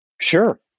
Sure